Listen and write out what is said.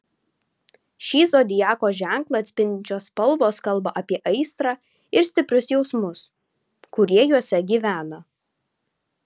šį zodiako ženklą atspindinčios spalvos kalba apie aistrą ir stiprius jausmus kurie juose gyvena